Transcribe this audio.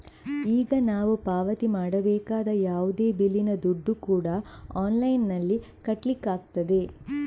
ಈಗ ನಾವು ಪಾವತಿ ಮಾಡಬೇಕಾದ ಯಾವುದೇ ಬಿಲ್ಲಿನ ದುಡ್ಡು ಕೂಡಾ ಆನ್ಲೈನಿನಲ್ಲಿ ಕಟ್ಲಿಕ್ಕಾಗ್ತದೆ